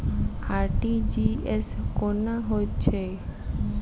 RTGS कोना होइत छै?